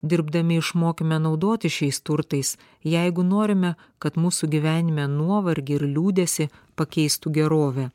dirbdami išmokime naudotis šiais turtais jeigu norime kad mūsų gyvenime nuovargį ir liūdesį pakeistų gerovė